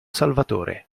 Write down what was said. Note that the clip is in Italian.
salvatore